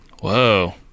Whoa